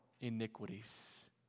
iniquities